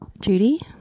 judy